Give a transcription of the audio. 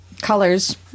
colors